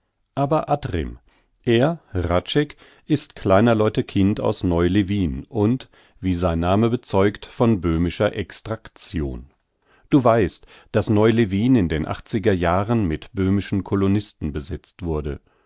aber ad rem er hradscheck ist kleiner leute kind aus neu lewin und wie sein name bezeugt von böhmischer extraktion du weißt daß neu lewin in den achtziger jahren mit böhmischen kolonisten besetzt wurde